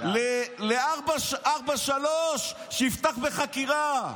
ל-443 שיפתחו בחקירה.